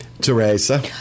Teresa